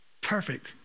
Perfect